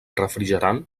refrigerant